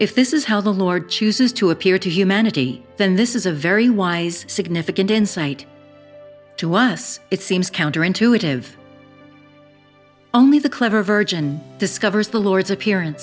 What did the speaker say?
if this is how the lord chooses to appear to humanity than this is a very wise significant insight to us it seems counter intuitive only the clever version discovers the lord's appearance